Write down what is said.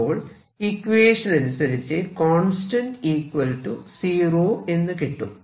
അപ്പോൾ ഇക്വേഷൻ അനുസരിച്ച് constant 0 എന്ന് കിട്ടും